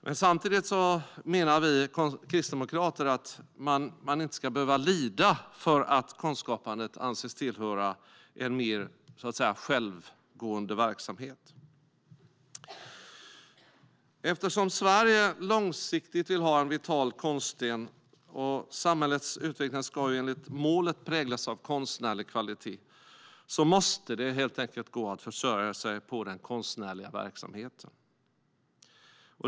Men samtidigt menar vi kristdemokrater att man inte ska behöva lida för att konstskapandet anses tillhöra en mer så att säga självgående verksamhet. Eftersom Sverige långsiktigt vill ha en vital konstscen - samhällets utveckling ska ju enligt målet präglas av konstnärlig kvalitet - måste det helt enkelt gå att försörja sig på den konstnärliga verksamheten.